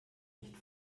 nicht